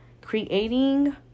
Creating